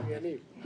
מר יניב,